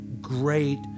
great